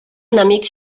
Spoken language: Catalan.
enemic